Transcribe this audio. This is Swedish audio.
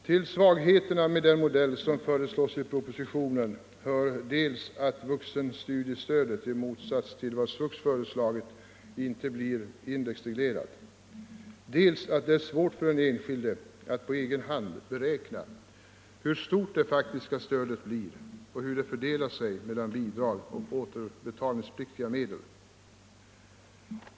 Till svagheterna med den modell som föreslås i propositionen hör dels att vuxenstudiestödet — i motsats till vad SVUX föreslagit — inte blir indexreglerat, dels att det är svårt för den enskilde att på egen hand beräkna hur stort det faktiska stödet blir och hur det fördelar sig mellan — Nr 83 bidrag och återbetalningspliktiga medel.